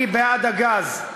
אני בעד הגז,